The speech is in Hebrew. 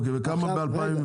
וכמה ב-2015?